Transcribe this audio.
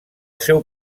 seu